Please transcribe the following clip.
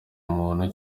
umuntu